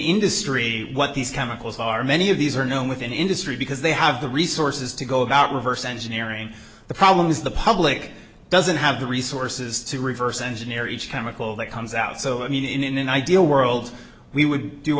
industry what these chemicals are many of these are known within industry because they have the resources to go about reverse engineering the problem is the public doesn't have the resources to reverse engineer each chemical that comes out so i mean in an ideal world we would do